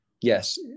yes